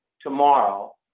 tomorrow